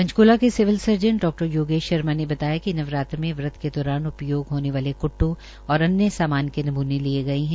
पंचकूला के civil surgeon डा योगेश शर्मा ने बताया है कि नवरात्र में व्रत के दौरान उपयोग हाने वाले क्टटू और अन्य सामान के नमूने लिये गये है